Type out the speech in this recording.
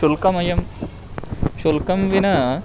शुल्कमयं शुल्कं विना